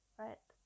right